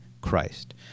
Christ